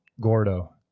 Gordo